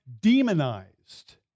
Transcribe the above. demonized